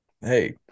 hey